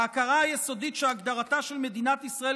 ההכרה היסודית שהגדרתה של מדינת ישראל